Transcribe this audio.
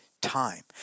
time